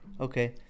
okay